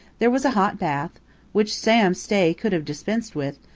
there was a hot bath which sam stay could have dispensed with,